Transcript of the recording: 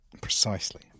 Precisely